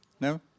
No